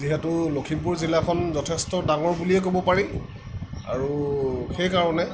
যিহেতু লক্ষীমপুৰ জিলাখন যথেষ্ট ডাঙৰ বুলিয়েই ক'ব পাৰি আৰু সেইকাৰণে